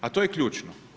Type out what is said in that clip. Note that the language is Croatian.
A to je ključno.